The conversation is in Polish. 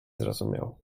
zrozumiał